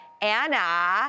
Anna